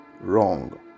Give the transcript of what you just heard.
wrong